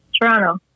Toronto